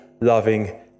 loving